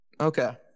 Okay